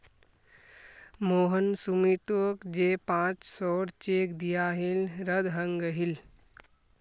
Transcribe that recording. मोहन सुमीतोक जे पांच सौर चेक दियाहिल रद्द हंग गहील